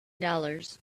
dollars